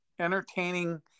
entertaining